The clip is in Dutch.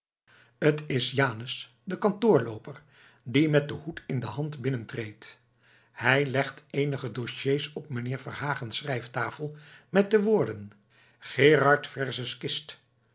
t is janus de kantoorlooper die met den hoed in de hand binnentreedt hij legt eenige dossiers op mijnheer verhagen's schrijftafel met de woorden gerhard versus kist koud